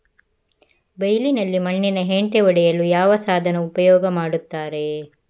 ಬೈಲಿನಲ್ಲಿ ಮಣ್ಣಿನ ಹೆಂಟೆ ಒಡೆಯಲು ಯಾವ ಸಾಧನ ಉಪಯೋಗ ಮಾಡುತ್ತಾರೆ?